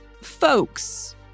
folks